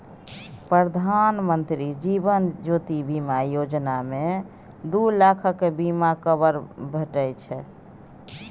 प्रधानमंत्री जीबन ज्योती बीमा योजना मे दु लाखक बीमा कबर भेटै छै